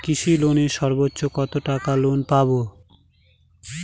কৃষি লোনে সর্বোচ্চ কত টাকা লোন পাবো?